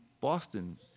Boston